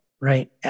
right